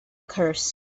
curse